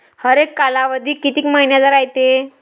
हरेक कालावधी किती मइन्याचा रायते?